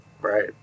right